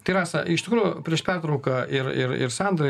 tai rasa iš tikrųjų prieš pertrauką ir ir ir sandra